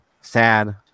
sad